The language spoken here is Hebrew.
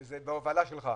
שזה בהובלה שלך,